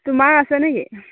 তোমাৰ আছে নেকি